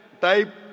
type